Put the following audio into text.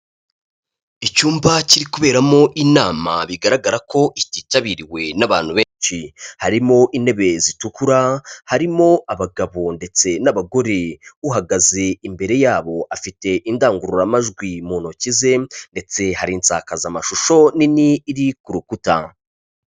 Icyumba kiri kuberamo inama bigaragara ko ititabiriwe n'abantu benshi, harimo intebe zitukura, harimo abagabo ndetse n'abagore, uhagaze imbere yabo afite indangururamajwi mu ntoki ze, ndetse hari insakazamashusho nini iri ku rukuta.